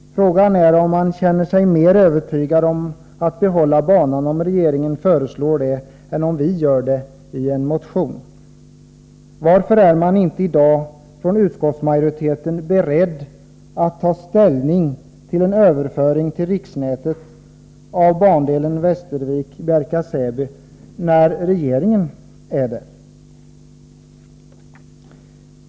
Frågan är om man känner sig mer övertygad om att behålla banan om regeringen föreslår det än om vi gör det i en motion. Varför är utskottsmajoriteten i dag inte beredd att ta ställning till frågan om en överföring till riksnätet av bandelen Bjärka/ Säby-Västervik när regeringen är det?